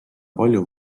palju